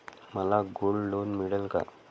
मला gold loan मिळेल का?